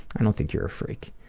i don't think you're a freak.